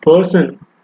person